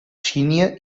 sínia